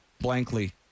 blankly